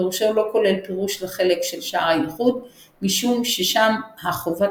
פירושו לא כולל פירוש לחלק של שער הייחוד משום ששם החובת